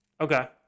Okay